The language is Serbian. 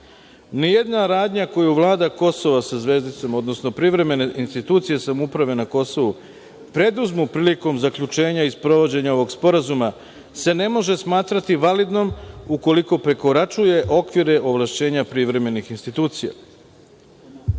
radnja koju Vlada Kosova sa zvezdicom odnosno privremene institucije samouprave na Kosovu preduzmu prilikom zaključenja i sprovođenja ovog sporazuma se ne može smatrati validnom ukoliko prekoračuje okvire ovlašćenja privremenih institucija